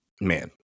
man